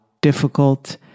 difficult